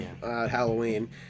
Halloween